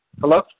Hello